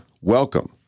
welcome